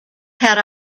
had